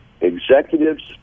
executives